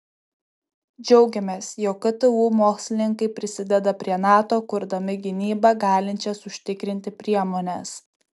džiaugiamės jog ktu mokslininkai prisideda prie nato kurdami gynybą galinčias užtikrinti priemones